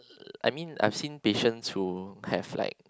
I mean I've seen patients who have like